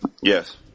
Yes